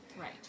Right